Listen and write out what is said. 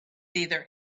either